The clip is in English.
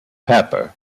pepper